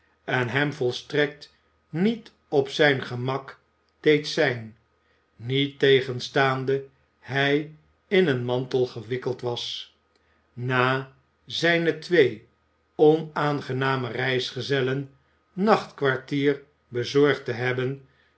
en hem volstrekt niet op zijn gemak deed zijn niettegenstaande hij in een mantel gewikkeld was na zijne twee onaangename reisgezellen nachtkwartier bezorgd te hebben